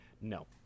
No